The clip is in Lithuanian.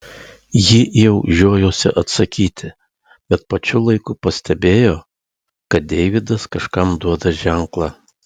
ji jau žiojosi atsakyti bet pačiu laiku pastebėjo kad deividas kažkam duoda ženklą